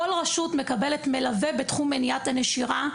כל רשות מקבלת מלווה בתחום מניעת הנשירה,